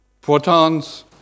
protons